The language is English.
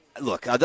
look